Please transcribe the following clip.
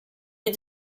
est